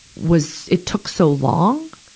was, it took so long,